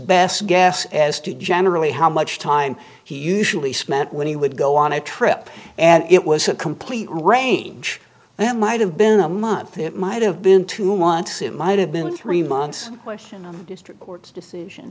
best guess as to generally how much time he usually smet when he would go on a trip and it was a complete range then might have been a month it might have been two months it might have been three months question of the district court's decision